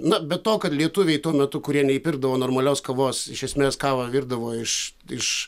na be to kad lietuviai tuo metu kurie neįpirkdavo normalios kavos iš esmės kavą virdavo iš iš